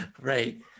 right